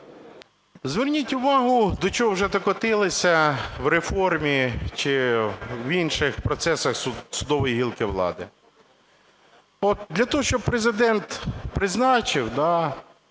Зверніть увагу, до чого вже докотилися в реформі чи в інших процесах судової гілки влади. От для того, щоб Президент призначив,